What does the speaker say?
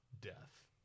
death